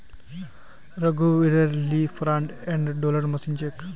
रघुवीरेल ली front end loader machine छेक